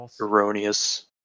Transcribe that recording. erroneous